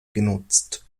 genutzt